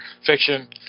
fiction